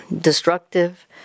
destructive